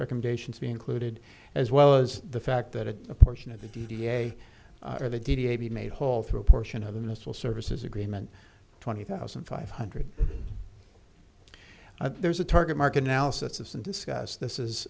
recommendations be included as well as the fact that a portion of the d d a or the d d a be made whole through a portion of the missile services agreement twenty thousand five hundred there's a target market analysis and discuss this is